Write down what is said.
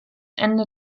ende